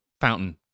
fountain